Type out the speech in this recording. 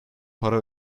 para